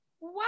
Wow